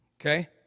Okay